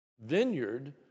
vineyard